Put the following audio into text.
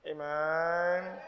Amen